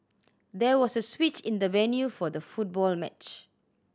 there was a switch in the venue for the football match